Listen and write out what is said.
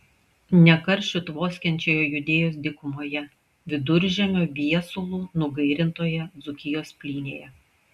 ne karščiu tvoskiančioje judėjos dykumoje viduržiemio viesulų nugairintoje dzūkijos plynėje